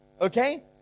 okay